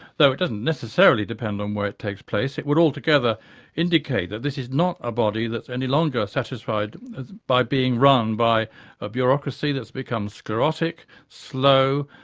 though it doesn't necessarily depend on where it takes place. it would altogether indicate that this is not a body that's any longer satisfied by being run by a bureaucracy that's become sclerotic, slow,